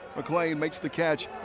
mcclean makes the catch.